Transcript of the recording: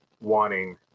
wanting